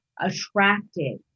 attracted